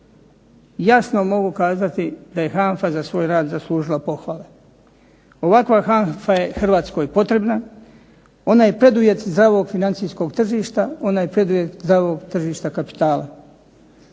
jasno mogu kazati da je HANFA za svoj rad zaslužila pohvale. Ovakva HANFA je Hrvatskoj potrebna, ona je preduvjet zdravog financijskog tržišta, ona je preduvjet zdravog tržišta kapitala.